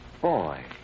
Boy